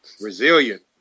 Resilient